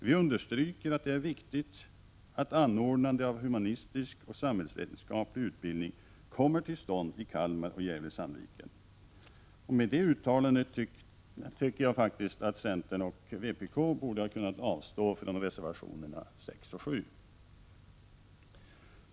Vi understryker att det är viktigt att humanistisk och samhällsvetenskaplig utbildning anordnas i Kalmar och Gävle-Sandviken. Med det uttalandet tycker jag faktiskt att centern och vpk borde ha kunnat avstå från reservationerna 6 och 7.